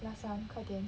last one 快点